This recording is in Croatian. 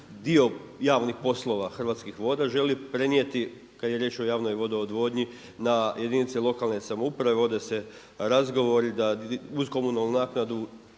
dio javnih poslova Hrvatskih voda želi prenijeti kada je riječ o javnoj vodo odvodnji na jedinice lokalne samouprave, vode se razgovori da uz komunalnu naknadu